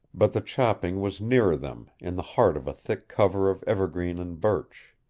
but the chopping was nearer them, in the heart of a thick cover of evergreen and birch.